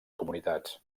comunitats